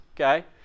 okay